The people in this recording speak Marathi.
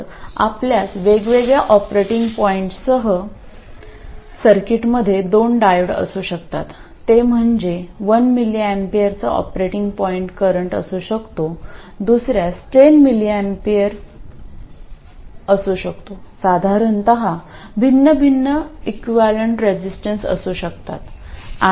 तर आपल्यास वेगवेगळ्या ऑपरेटिंग पॉईंट्ससह सर्किटमध्ये दोन डायोड असू शकतात ते म्हणजे 1mAचा ऑपरेटिंग पॉईंट करंट असू शकतो दुसर्यास 10mA असू शकतो साधारणत भिन्न भिन्न इक्विवलेंट रेजिस्टन्स असू शकतात